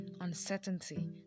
uncertainty